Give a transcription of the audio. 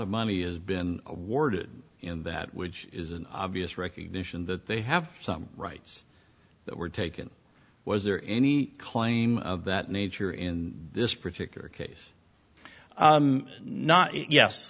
of money has been awarded in that which is an obvious recognition that they have some rights that were taken was there any claim of that nature in this particular case not